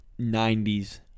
90s